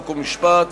חוק ומשפט,